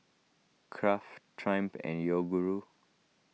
Kraft Triumph and Yoguru